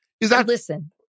Listen